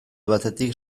batetik